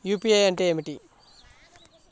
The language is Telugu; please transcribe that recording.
యూ.పీ.ఐ అంటే ఏమిటీ?